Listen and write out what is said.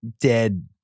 dead